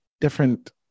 different